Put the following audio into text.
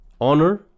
Honor